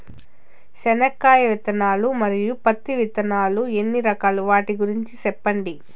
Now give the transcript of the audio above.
చెనక్కాయ విత్తనాలు, మరియు పత్తి విత్తనాలు ఎన్ని రకాలు వాటి గురించి సెప్పండి?